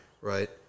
right